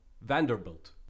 vanderbilt